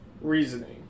Reasoning